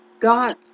God